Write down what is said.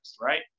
right